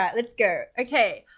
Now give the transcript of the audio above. um let's go, okay.